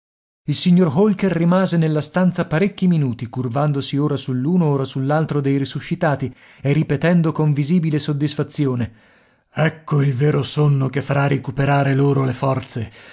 il signor holker rimase nella stanza parecchi minuti curvandosi ora sull'uno ora sull'altro dei risuscitati e ripetendo con visibile soddisfazione ecco il vero sonno che farà ricuperare loro le forze